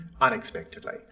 unexpectedly